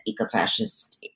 ecofascist